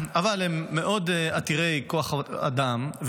אבל הם מאוד עתירי כוח אדם,